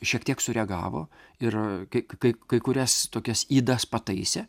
šiek tiek sureagavo ir kai kai kai kurias tokias ydas pataisė